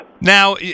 Now